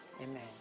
Amen